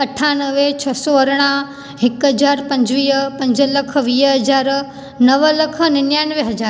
अठानवे छह सौ अरिड़हं हिकु हज़ार पंजवीह पंज लख वीह हज़ार नव लख निनियानवे हज़ार